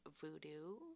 voodoo